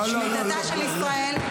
אתה מצביע נגד?